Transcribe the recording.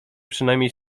przynajmniej